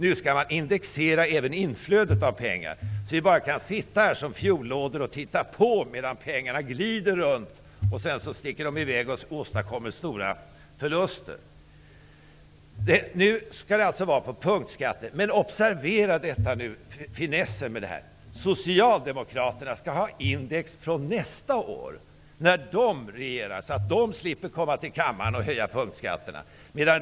Nu skall vi indexera även inflödet av pengar, så att vi skall sitta här med ansikten långa som fiollådor och titta på medan pengarna glider runt och sedan sticker i väg och åstadkommer stora förluster. Nu skall det bara gälla punktskatter, men observera finessen: Socialdemokraterna vill att indexeringen skall gälla från nästa år, när de skall regera. Då slipper de vända sig till riksdagen för att höja punktskatterna.